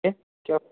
हें क्या